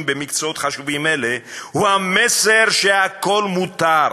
של מקצועות חשובים אלה הוא המסר שהכול מותר,